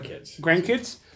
grandkids